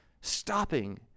stopping